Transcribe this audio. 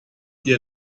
ihr